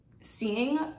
seeing